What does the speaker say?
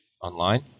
online